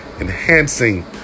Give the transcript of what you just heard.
enhancing